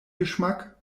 geschmack